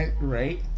Right